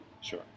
Sure